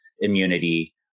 immunity